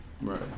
Right